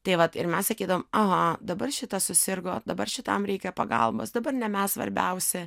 tai vat ir mes sakydavom aha dabar šitas susirgo dabar šitam reikia pagalbos dabar ne mes svarbiausi